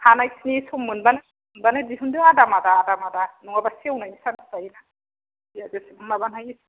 हानायखिनि सम मोनबानो सम मोनबानो दिहुनदो आदा मादा आदा मादा नङाबा सेवनायनि सान्स थायो बे आरो माबानायनि